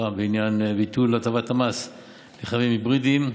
בעניין ביטול הטבת המס על רכבים היברידיים.